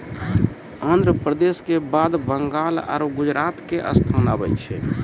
आन्ध्र प्रदेश के बाद बंगाल आरु गुजरात के स्थान आबै छै